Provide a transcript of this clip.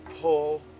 pull